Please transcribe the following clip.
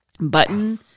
button